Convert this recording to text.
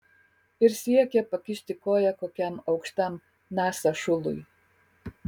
ir siekia pakišti koją kokiam aukštam nasa šului